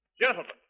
Gentlemen